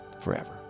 forever